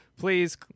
Please